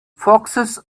foxes